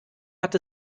hat